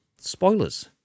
Spoilers